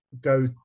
go